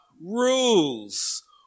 rules